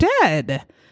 dead